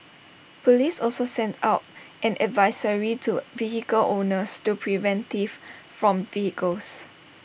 Police also sent out an advisory to vehicle owners to prevent theft from vehicles